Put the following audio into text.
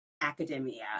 academia